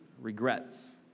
regrets